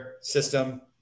system